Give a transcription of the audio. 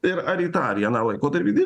ir ar į tą ar į aną laikotarpį vėl